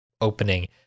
opening